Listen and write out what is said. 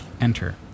Enter